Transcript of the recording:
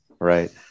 right